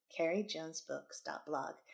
carriejonesbooks.blog